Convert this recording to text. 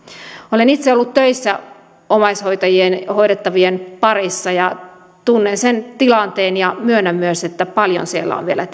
olen itse ollut töissä omaishoitajien ja hoidettavien parissa ja tunnen sen tilanteen ja myönnän myös että paljon siellä on vielä